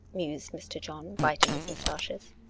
mused mr. john, biting his moustaches.